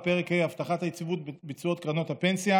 4. פרק ה' (הבטחת היציבות בתשואות קרנות הפנסיה);